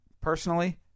Personally